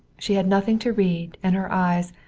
she had nothing to read, and her eyes,